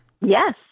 Yes